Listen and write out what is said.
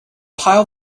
pile